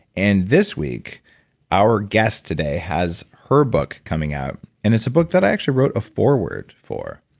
and this week our guest today has her book coming out and it's a book that i actually wrote a forward for.